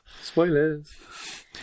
Spoilers